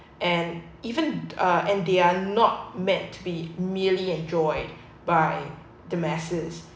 and even uh and their not meant to be merely enjoyed by the masses